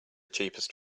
cheapest